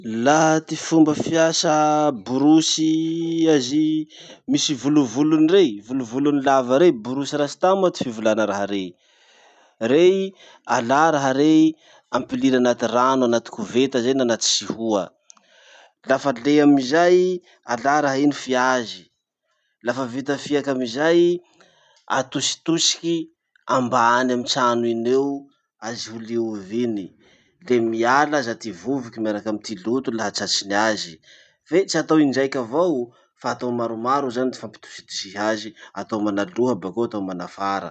Laha ty fomba fiasa borosy azy misy volovony rey, volovolonhy lava rey, borosy rasta moa ty fivolana raha rey. Rey, alà raha rey, ampiliry anaty rano anaty koveta zay na anaty sihoa. Lafa le amizay, alà raha iny fiazy, lafa vita fiaky amizay i atositosiky ambany amy trano iny eo azy ho liovy iny. Le miala aza ty vovoky miaraky amy ty loto laha tratsiny azy. Fe tsy atao indraiky avavo fa atao maromaro zany ty fampidosidosiha azy. Atao manaloha bakeo atao manafara.